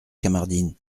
kamardine